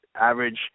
average